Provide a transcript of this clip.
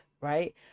right